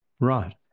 right